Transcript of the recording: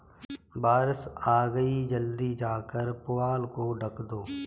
बारिश आ गई जल्दी जाकर पुआल को ढक दो